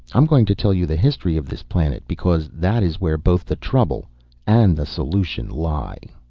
i'm going to tell you the history of this planet, because that is where both the trouble and the solution lie.